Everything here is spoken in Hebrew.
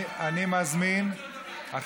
אני מזמין, אני רוצה לדבר.